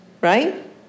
right